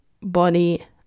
body